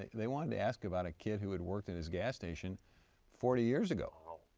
they wanted to ask about a kid who had worked in his gas station forty years ago. now,